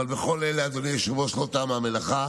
אבל בכל אלה, אדוני היושב-ראש, לא תמה המלאכה.